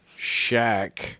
Shaq